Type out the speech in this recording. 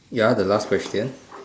ya the last question